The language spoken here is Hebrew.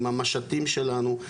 עם המשטים שלנו,